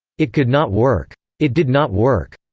it could not work. it did not work.